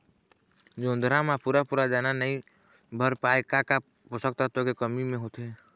जोंधरा म पूरा पूरा दाना नई भर पाए का का पोषक तत्व के कमी मे होथे?